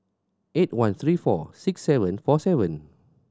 eight one three four six seven four seven